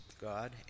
God